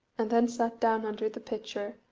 and then sat down under the pitcher,